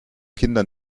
kinder